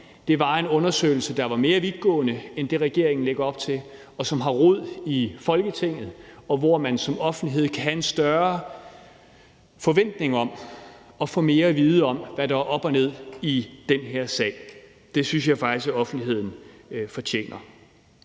om, var en undersøgelse, der var mere vidtgående end det, regeringen lægger op til, og som havde rod i Folketinget, og hvor man som offentlighed kunne have en større forventning om at få mere at vide om, hvad der er op og ned i den her sag. Det synes jeg faktisk at offentligheden fortjener.